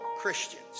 Christians